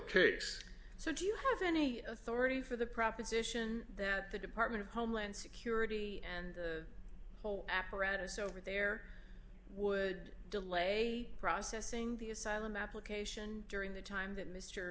case so do you have any authority for the proposition that the department of homeland security and the whole apparatus over there would delay processing the asylum application during the time